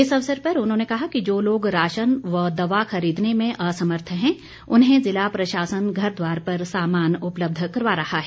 इस अवसर पर उन्होंने कहा कि जो लोग राशन व दवा खरीदने में असमर्थ हैं उन्हें ज़िला प्रशासन घरद्वार पर सामान उपलब्ध करवा रहा है